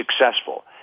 successful